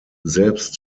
selbst